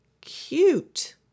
cute